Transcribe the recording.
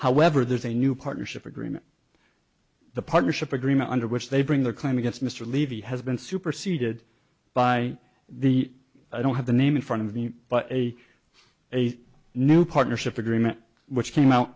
however there's a new partnership agreement the partnership agreement under which they bring the claim against mr levy has been superseded by the i don't have the name in front of me but a a new partnership agreement which came out